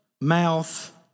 mouth